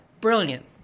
brilliant